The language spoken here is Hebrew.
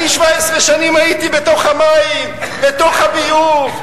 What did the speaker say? אני 17 שנים הייתי בתוך המים, בתוך הביוב.